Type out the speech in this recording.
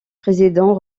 président